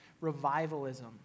revivalism